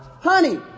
honey